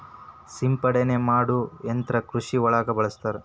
ಸಿಂಪಡನೆ ಮಾಡು ಯಂತ್ರಾ ಕೃಷಿ ಒಳಗ ಬಳಸ್ತಾರ